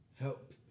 help